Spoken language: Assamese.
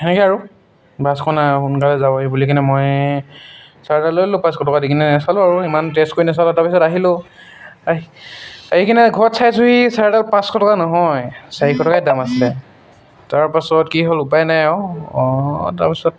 সেনেকৈ আৰু বাছখন আৰু সোনকালে যাবহি বুলি কিনে মই চাৰ্জাৰ লৈ ল'লোঁ পাঁচশ টকা দি কিনে নেচালো আৰু ইমান টেষ্ট কৰি নেচালো তাৰপিছত আহিলো আহি আহি কিনে ঘৰত চাইছোহি চাৰ্জাৰডাল পাঁচশ টকা নহয় চাৰিশ টকাহে দাম আছিলে তাৰপাছত কি হ'ল উপায় নাই আৰু তাৰপাছত